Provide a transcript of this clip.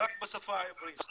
בשפה העברית.